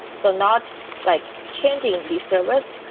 so not like changing these servers,